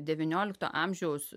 devyniolikto amžiaus